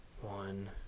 one